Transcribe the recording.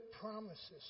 promises